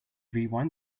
rewind